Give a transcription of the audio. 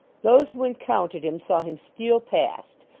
those who encountered him, saw him steal past,